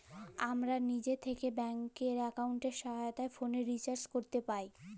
আমরা লিজে থ্যাকে ব্যাংক এক্কাউন্টের সহায়তায় ফোলের রিচাজ ক্যরতে পাই